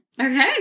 Okay